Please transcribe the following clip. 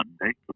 Monday